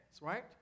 right